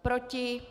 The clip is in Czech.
Proti?